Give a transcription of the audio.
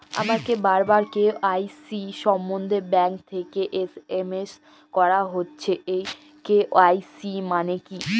আমাকে বারবার কে.ওয়াই.সি সম্বন্ধে ব্যাংক থেকে এস.এম.এস করা হচ্ছে এই কে.ওয়াই.সি মানে কী?